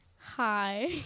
Hi